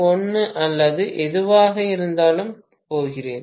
1 அல்லது எதுவாக இருந்தாலும் போகிறேன்